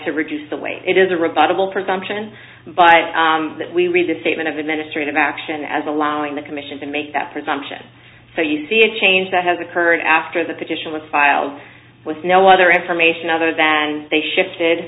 to reduce the weight it is a rebuttable presumption but that we reserve statement of administrative action as allowing the commission to make that presumption so you see a change that has occurred after the petition was filed with no other information other than they shifted